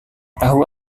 tahu